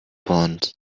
bond